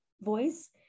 voice